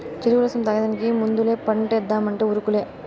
చెరుకు రసం తాగేదానికి ముందలే పంటేద్దామంటే ఉరుకులే